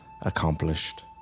accomplished